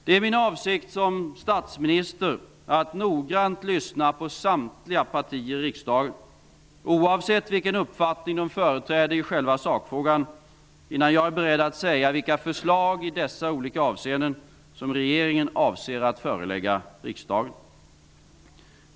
Det är min avsikt som statsminister att noggrant lyssna på samtliga partier i riksdagen, oavsett vilken uppfattning de företräder i själva sakfrågan, innan jag är beredd att säga vilka förslag i dessa olika avseenden som regeringen avser att förelägga riksdagen.